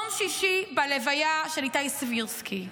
ביום שישי בלוויה של איתי סבירסקי,